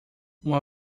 uma